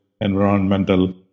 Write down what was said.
environmental